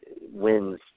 wins